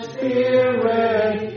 Spirit